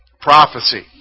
Prophecy